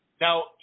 Now